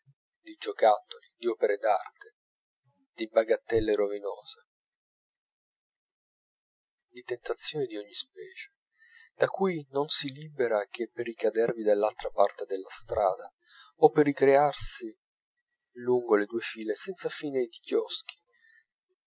di giocattoli di opere d'arte di bagattelle rovinose di tentazioni di ogni specie da cui non si libera che per ricadervi dall'altra parte della strada o per ricrearsi lungo le due file senza fine di chioschi